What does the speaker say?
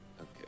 okay